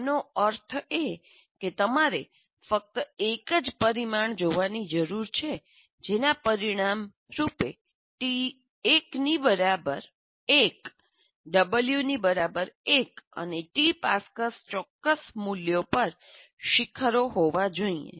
આનો અર્થ એ કે તમારે ફક્ત એક જ પરિમાણ જોવાની જરૂર છે અને જેના પરિણામ રૂપે ટી 1 ની બરાબર 1 W ની બરાબર 1 અને ટી પાસક્સમાં ચોક્કસ મૂલ્યો પર શિખરો હોવા જોઈએ